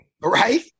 right